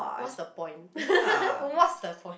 what's the point what's the point